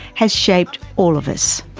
has shaped all of us.